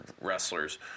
wrestlers